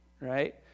right